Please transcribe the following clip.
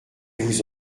vous